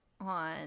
on